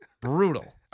Brutal